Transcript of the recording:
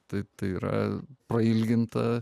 taip tai yra prailginta